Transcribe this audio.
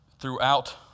throughout